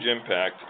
impact